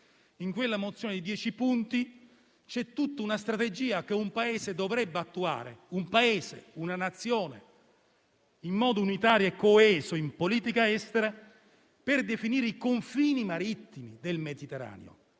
In quella mozione di dieci punti c'è tutta una strategia che un Paese, una Nazione, dovrebbe attuare in modo unitario e coeso in politica essere per definire i confini marittimi del Mediterraneo.